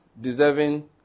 deserving